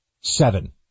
Seven